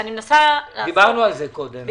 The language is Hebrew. דיברנו על זה קודם.